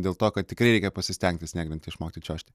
dėl to kad tikrai reikia pasistengti snieglente išmokti čiuožti